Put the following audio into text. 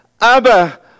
Abba